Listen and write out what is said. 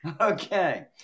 Okay